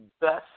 best